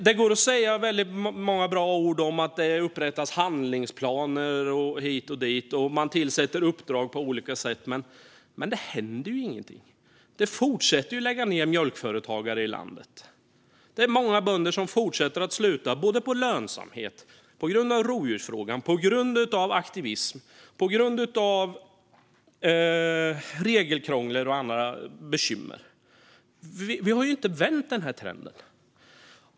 Det går att säga många bra ord om att det upprättas handlingsplaner hit och dit och att man tillsätter uppdrag på olika sätt, men det händer ju ingenting. Mjölkföretagare i landet fortsätter att lägga ned. Det är fortfarande så att många bönder slutar - på grund av olönsamhet, på grund av rovdjursfrågan och på grund av aktivism. De slutar även på grund av regelkrångel och andra bekymmer. Vi har inte vänt den här trenden.